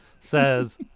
says